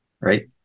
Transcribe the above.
Right